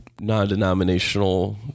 non-denominational